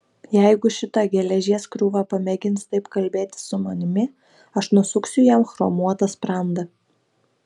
jeigu šita geležies krūva pamėgins taip kalbėti su manimi aš nusuksiu jam chromuotą sprandą